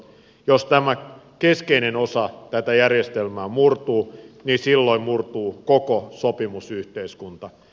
jos tämä keskeinen osa tätä järjestelmää murtuu niin silloin murtuu koko sopimusyhteiskunta